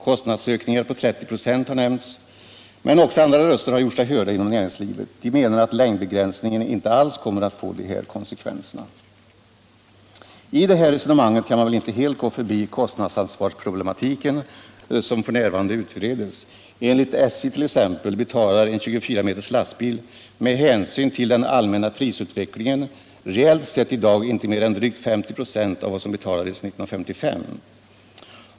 Kostnadsökningar på 30 26 har nämnts. Men också andra röster har gjort sig hörda inom näringslivet. De menar att längdbegränsningen inte alls kommer att få dessa konsekvenser. I det här resonemanget är det väl inte möjligt att helt gå förbi kostnadsansvarsproblematiken, som f. n. utreds. Enligt SJ betalar t.ex. en 24 meters lastbil med hänsyn till den allmänna prisutvecklingen reellt sett i dag inte mer än drygt 50 96 av vad som betalades 1955.